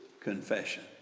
confession